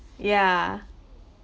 yeah